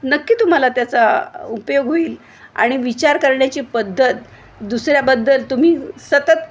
नक्की तुम्हाला त्याचा उपयोग होईल आणि विचार करण्याची पद्धत दुसऱ्याबद्दल तुम्ही सतत